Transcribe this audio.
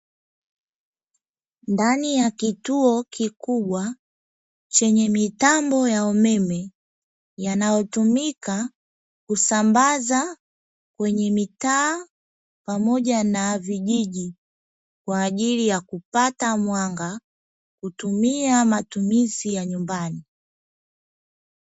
Ndani ya kituo kikubwa chenye mitambo ya umeme yanayotumika kusambaza kwenye mitaa pamoja na vijiji kwa ajiri ya kupata mwanga, kutumia kwa ajili matumizi ya nyumbani.